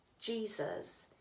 Jesus